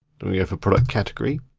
yeah for product category,